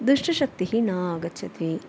दुष्टशक्तिः न आगच्छति